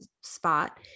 spot